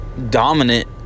Dominant